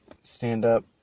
stand-up